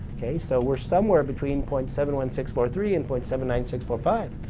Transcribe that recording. okay? so we're somewhere between point seven one six four three and point seven nine six four five.